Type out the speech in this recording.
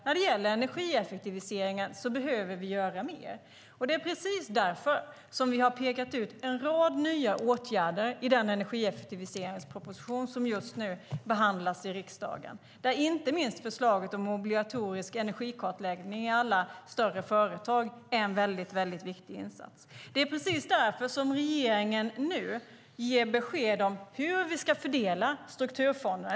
När det gäller energieffektiviseringen behöver vi göra mer. Det är just därför som vi har pekat ut en rad nya åtgärder i den energieffektiviseringsproposition som just nu behandlas i riksdagen, där inte minst förslaget om obligatorisk energikartläggning i alla större företag är en viktig insats. Det är också därför som regeringen ger besked om hur vi ska fördela strukturfonderna.